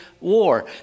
war